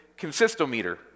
consistometer